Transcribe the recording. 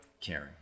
caring